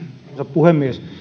puhemies